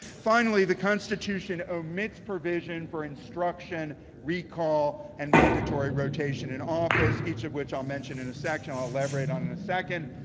finally, the constitution omits provision for instruction recall and mandatory rotation in office. each of which i'll mention in a second, i'll elaborate on in a second.